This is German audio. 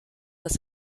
das